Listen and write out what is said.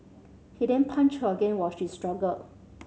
he then punched again while she struggled